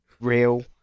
real